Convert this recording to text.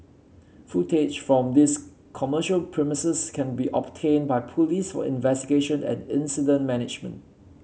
footage from these commercial premises can be obtained by police for investigation and incident management